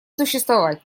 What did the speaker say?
существовать